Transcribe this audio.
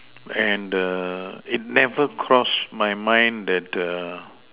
and the it never cross my mind that the